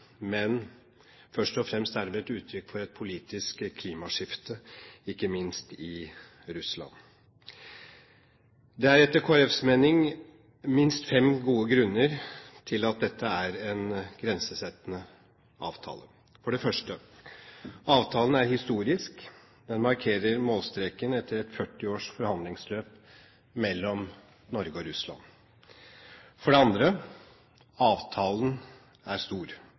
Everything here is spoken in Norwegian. men først og fremst er det vel et uttrykk for et politisk klimaskifte, ikke minst i Russland. Det er etter Kristelig Folkepartis mening minst fem gode grunner til at dette er en grensesettende avtale. For det første: Avtalen er historisk. Den markerer målstreken etter et 40 års forhandlingsløp mellom Norge og Russland. For det andre: Avtalen er stor.